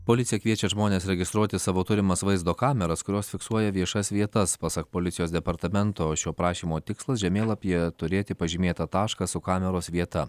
policija kviečia žmones registruoti savo turimas vaizdo kameras kurios fiksuoja viešas vietas pasak policijos departamento šio prašymo tikslas žemėlapyje turėti pažymėtą tašką su kameros vieta